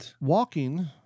walking